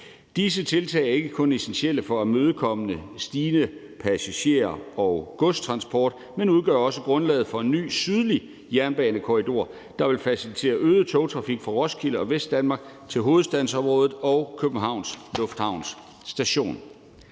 Disse tiltag er ikke kun essentielle for at imødekomme den stigende passager- og godstransport, men udgør også grundlaget for en ny sydlig jernbanekorridor, der vil facilitere øget togtrafik fra Roskilde og Vestdanmark til hovedstadsområdet og Københavns Lufthavn Station.